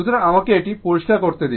সুতরাং আমাকে এটি পরিষ্কার করে বলতে দিন